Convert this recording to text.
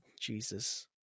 Jesus